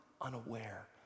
unaware